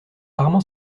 armand